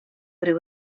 ryw